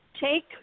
take